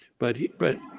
but but